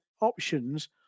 options